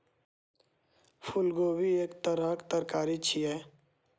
फूलगोभी एक तरहक तरकारी छियै